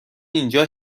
اینجا